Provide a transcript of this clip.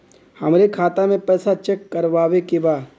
हमरे खाता मे पैसा चेक करवावे के बा?